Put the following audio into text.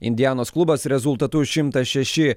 indianos klubas rezultatu šimtas šeši